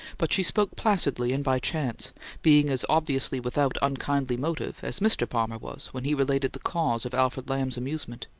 but she spoke placidly and by chance being as obviously without unkindly motive as mr. palmer was when he related the cause of alfred lamb's amusement.